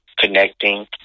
connecting